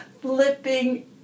flipping